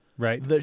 Right